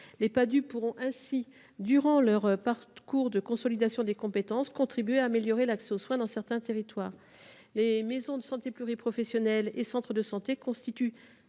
Les Padhue pourront ainsi, durant leur parcours de consolidation des compétences, contribuer à améliorer l’accès aux soins dans certains territoires. Les maisons de santé pluriprofessionnelles et les centres de santé constituent